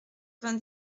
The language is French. vingt